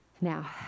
Now